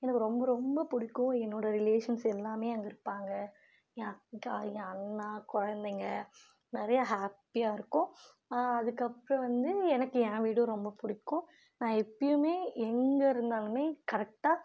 எனக்கு ரொம்ப ரொம்ப பிடிக்கும் என்னோடய ரிலேஷன்ஸ் எல்லாமே அங்கே இருப்பாங்கள் என் அக்கா என் அண்ணா குழந்தைங்க நிறையா ஹாப்பியாக இருக்கும் அதுக்கப்புறம் வந்து எனக்கு என் வீடும் ரொம்ப பிடிக்கும் நான் எப்பவுமே எங்கே இருந்தாலுமே கரெக்டாக